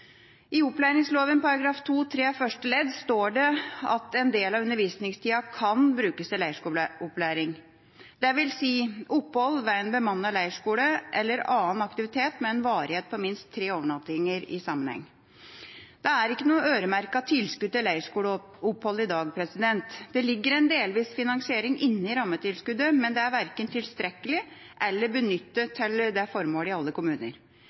I opplæringslova § 2-3 første ledd står det at en del av undervisningstida kan brukes til leirskoleopplæring. Det vil si opphold ved en bemannet leirskole eller annen aktivitet med en varighet på minst tre sammenhengende overnattinger. Det er ikke noe øremerket tilskudd til leirskoleopphold i dag. Det ligger en delvis finansiering inne i rammetilskuddet, men det er verken tilstrekkelig eller benyttet til det formålet i alle kommuner.